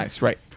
right